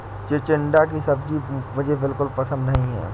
चिचिण्डा की सब्जी मुझे बिल्कुल पसंद नहीं है